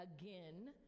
again